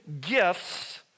gifts